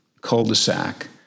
cul-de-sac